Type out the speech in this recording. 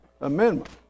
amendment